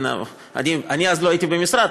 אני אז לא הייתי במשרד.